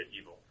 evil